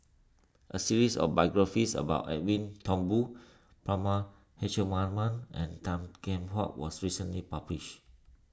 a series of biographies about Edwin Thumboo Prema Letchumanan and Tan Kheam Hock was recently published